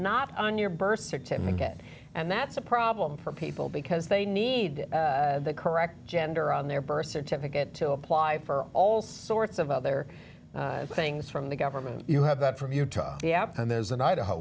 not on your birth certificate and that's a problem for people because they need the correct gender on their birth certificate to apply for all sorts of other things from the government you have that from utah the app and there's an idaho